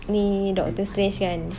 ni doctor strange kan